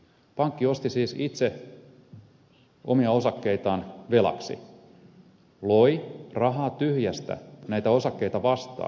pankki siis osti itse omia osakkeitaan velaksi loi rahaa tyhjästä näitä osakkeita vastaan